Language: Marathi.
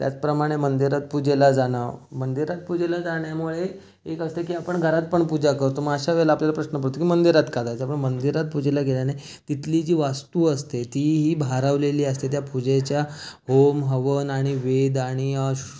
त्याचप्रमाणे मंदिरात पूजेला जाणं मंदिरात पूजेला जाण्यामुळे एक असतं की आपण घरात पण पूजा करतो मग अश्या वेळेला आपल्याला प्रश्न पडतो की मंदिरात का जायचं मंदिरात पूजेला गेल्याने तिथली जी वास्तू असते तीही भारावलेली असते त्या पूजेच्या होम हवन आणि वेद आणि